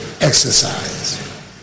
exercise